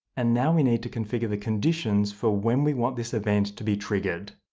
and now we need to configure the conditions for when we want this event to be triggered.